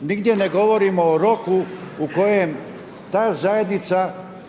nigdje ne govorimo o roku u kojem ta zajednica je